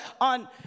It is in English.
on